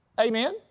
Amen